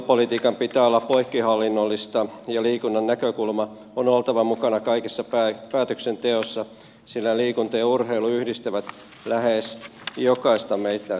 liikuntapolitiikan pitää olla poikkihallinnollista ja liikunnan näkökulman on oltava mukana kaikessa päätöksenteossa sillä liikunta ja urheilu yhdistävät lähes jokaista meitä suomalaista